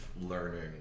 learning